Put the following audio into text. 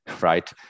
right